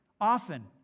often